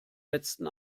letzten